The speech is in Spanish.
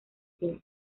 fin